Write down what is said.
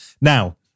Now